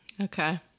Okay